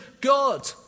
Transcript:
God